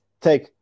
take